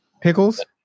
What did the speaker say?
Pickles